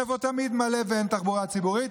איפה תמיד מלא ואין תחבורה ציבורית?